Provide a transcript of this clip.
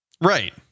Right